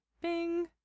Bing